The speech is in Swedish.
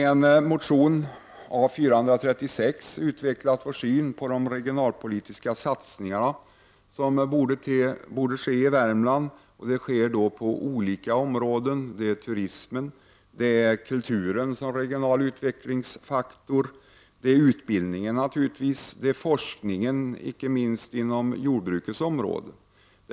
I motion 1989/90:A436 utvecklar vi vår syn på de regionalpolitiska satsningar som borde göras när det gäller Värmland. Det gäller då olika områden, såsom turismen, kulturen som regional utvecklingsfaktor och — naturligtvis — utbildningen. Dessutom gäller det forskningen, icke minst på jordbrukets område.